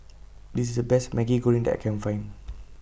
This IS The Best Maggi Goreng that I Can Find